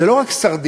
זה לא רק סרדין,